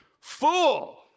fool